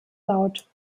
laut